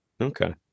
Okay